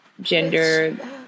gender